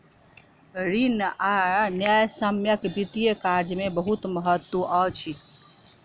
ऋण आ न्यायसम्यक वित्तीय कार्य में बहुत महत्त्व अछि